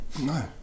No